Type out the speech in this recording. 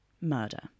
murder